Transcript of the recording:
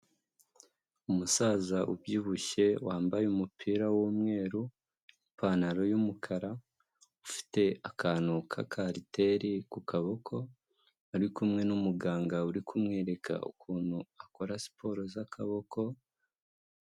Umusaza ubyibushye wambaye umupira w'umweru, ipantaro y'umukara, ufite akantu k'akariteri ku kaboko, uri kumwe n'umuganga uri kumwereka ukuntu akora siporo z'akaboko.